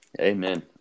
Amen